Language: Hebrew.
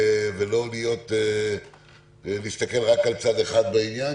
לא להסתכל רק על צד אחד בעניין,